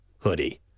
hoodie